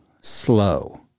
slow